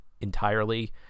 entirely